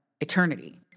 eternity